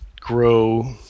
grow